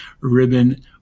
Ribbon